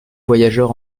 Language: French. voyageur